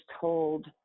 told